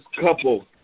couple